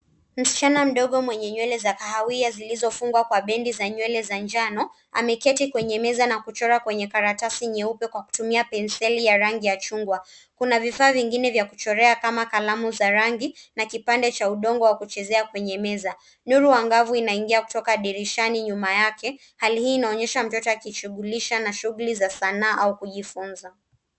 Msichana mdogo mwenye nywele za kahawia zilizofungwa kwa bendi za nywele za njano ameketi kwenye meza na kuchora kwenye karatasi nyeupe kwa kutumia penseli ya rangi ya chungwa. Kuna vifaa vingine vya kuchorea kama kalamu za rangi, na kipande cha udongo wa kuchezea kwenye meza. Nuru angavu inaingia kutoka dirishani nyuma yake. Hali hii inaonyesha mtoto akijishughulisha na shughuli za sanaa au kujifunza.